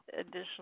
additional